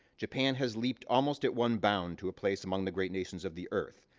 japan has leaped almost at one bound to a place among the great nations of the earth.